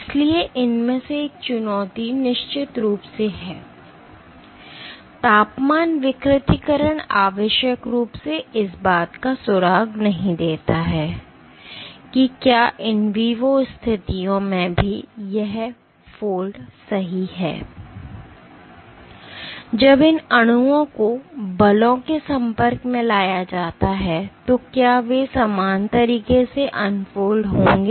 इसलिए इनमें से एक चुनौती निश्चित रूप से है तापमान विकृतीकरण आवश्यक रूप से इस बात का सुराग नहीं देता है कि क्या in vivo स्थितियों में भी यही फोल्ड सही है जब इन अणुओं को बलों के संपर्क में लाया जाता है तो क्या वे समान तरीके से अनफोल्ड होंगे